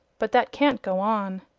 but that can't go on.